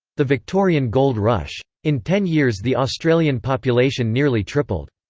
the victorian gold rush. in ten years the australian population nearly tripled.